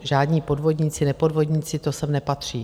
Žádní podvodníci, nepodvodníci, to sem nepatří.